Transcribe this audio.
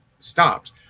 stopped